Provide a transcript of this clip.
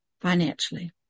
Financially